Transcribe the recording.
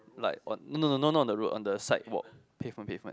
like on no no no not the road on the side walk pavement pavement